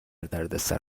دردسر